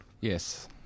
Yes